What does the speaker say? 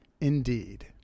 Indeed